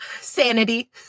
sanity